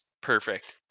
Perfect